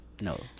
No